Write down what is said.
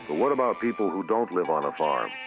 but what about people who don't live on a farm?